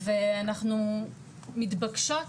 ואנחנו מתבקשות